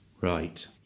right